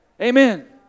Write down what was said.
Amen